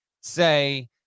say